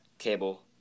Cable